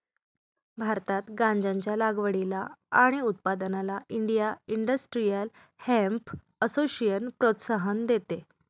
भारतात गांज्याच्या लागवडीला आणि उत्पादनाला इंडिया इंडस्ट्रियल हेम्प असोसिएशन प्रोत्साहन देते